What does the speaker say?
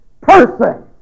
person